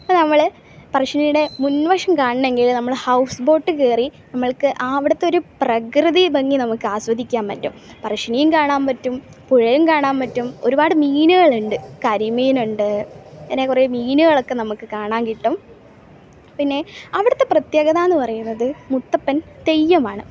ഇപ്പം നമ്മൾ പറശ്ശിനിയുടെ മുൻവശം കാണണമെങ്കിൽ നമ്മൾ ഹൗസ് ബോട്ട് കയറി നമ്മൾക്ക് അവിടുത്തെ ഒരു പ്രകൃതി ഭംഗി നമുക്ക് ആസ്വദിക്കാൻ പറ്റും പറശ്ശനീം കാണാൻ പറ്റും പുഴയും കാണാൻ പറ്റും ഒരുപാട് മീനുകളുണ്ട് കരിമീനുണ്ട് അങ്ങനെ കുറെ മീനുകളൊക്കെ നമുക്ക് കാണാൻ കിട്ടും പിന്നെ അവിടത്തെ പ്രത്യേകതാന്ന് പറയണത് മുത്തപ്പൻ തെയ്യമാണ്